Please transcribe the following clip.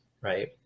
right